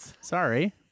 Sorry